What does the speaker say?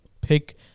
pick